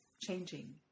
changing